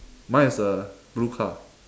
mine is a blue car